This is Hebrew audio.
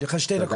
תודה